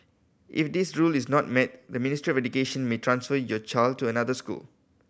if this rule is not met the Ministry of Education may transfer your child to another school